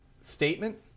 statement